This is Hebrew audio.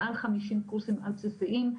מעל חמישים קורסים על בסיסיים,